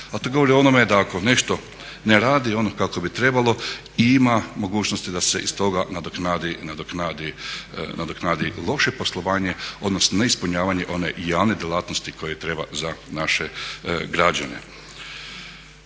a to govori o onome da ako nešto ne radi ono kako bi trebalo ima mogućnosti da se iz toga nadoknadi loše poslovanje, odnosno neispunjavanje i one djelatnosti koje treba za naše građane.